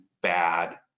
bad